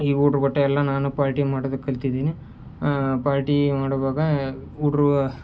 ಈ ಹುಡ್ರು ಒಟ್ಟು ಎಲ್ಲ ನಾನು ಪಾರ್ಟಿ ಮಾಡೋದು ಕಲ್ತಿದ್ದೀನಿ ಪಾಲ್ಟಿ ಮಾಡುವಾಗ ಹುಡ್ರು